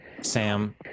Sam